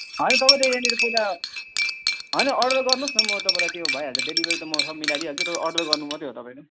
होइन तपाईँले यहाँनिर पहिला होइन अर्डर गर्नुहोस् न म तपाईँलाई त्यो भइहाल्छ डेलिभरी त म सब मिलाइदिई हाल्छु अर्डर गर्नु मात्रै हो तपाईँले